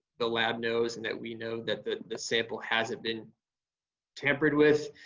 the lab knows and that we know that the the sample hasn't been tampered with.